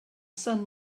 sun